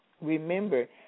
Remember